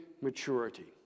maturity